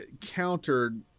countered